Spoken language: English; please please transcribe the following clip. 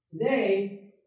Today